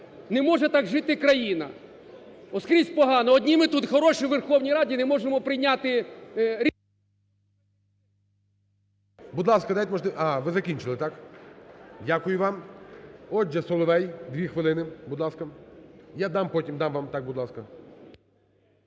Не може так жити країна. Скрізь погано, одні ми тут хороші в Верховній Раді і не можемо прийняти…